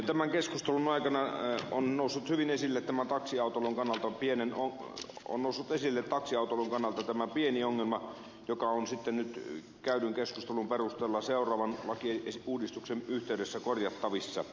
tämän keskustelun aikana on noussut hyvin esille tämä taksiautoilun kannalta pienen u homosuhteisille kaksi autokuntana pitämä pieni ongelma joka on sitten nyt käydyn keskustelun perusteella seuraavan lakiuudistuksen yhteydessä korjattavissa